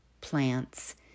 plants